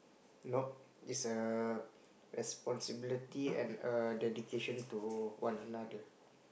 not is a responsibility and a dedication to one another